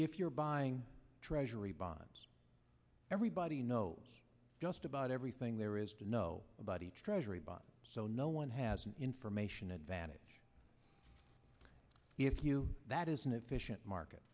if you're buying treasury bonds everybody knows just about everything there is to know about each treasury bond so no one has an information advantage if you that is an efficient market